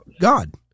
God